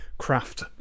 craft